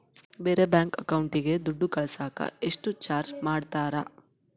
ಬೇರೆ ಬ್ಯಾಂಕ್ ಅಕೌಂಟಿಗೆ ದುಡ್ಡು ಕಳಸಾಕ ಎಷ್ಟು ಚಾರ್ಜ್ ಮಾಡತಾರ?